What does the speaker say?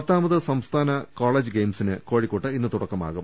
പത്താമത് സംസ്ഥാന കോളജ് ഗെയിംസിന് കോഴിക്കോട്ട് ഇന്ന് തുടക്കമാകും